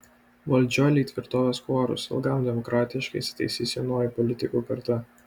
valdžioj lyg tvirtovės kuoruos ilgam demokratiškai įsitaisys jaunųjų politikų karta